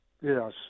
Yes